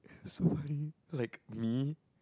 so why like me